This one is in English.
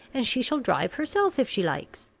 and she shall drive herself, if she likes.